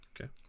Okay